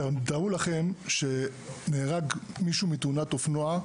תתארו לכם שמישהו נהרג מתאונת אופנוע,